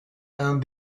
and